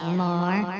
more